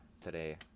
today